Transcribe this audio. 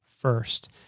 first